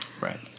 Right